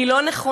היא לא נכונה